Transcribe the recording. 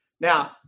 Now